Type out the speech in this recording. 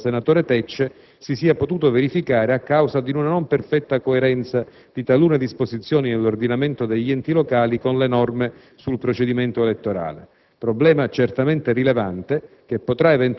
Ritengo peraltro che il caso evidenziato dal senatore Tecce si sia potuto verificare a causa di una non perfetta coerenza di talune disposizioni dell'ordinamento degli enti locali con le norme sul procedimento elettorale;